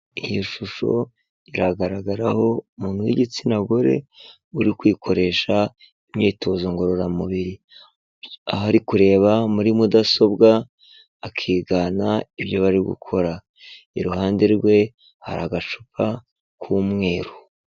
Iyi shusho iragaragaraho umuntu w'igitsina gore, uri kwikoresha imyitozo ngororamubiri. Aho ari kureba muri mudasobwa, akigana ibyo bari gukora. Iruhande rwe hari agacupa k'umweru.